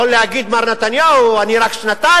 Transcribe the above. יכול להגיד מר נתניהו: אני רק שנתיים,